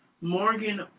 Morgan